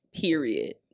Period